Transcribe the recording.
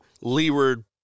leeward